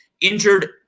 Injured